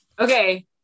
Okay